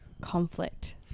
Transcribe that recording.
conflict